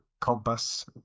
compass